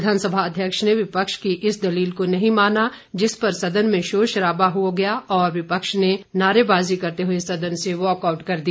विधानसभा अध्यक्ष ने विपक्ष की इस दलील को नहीं माना जिस पर सदन में शोर शराबा शुरू हो गया और विपक्ष ने नारेबाजी करते हुए सदन से वाकआउट कर दिया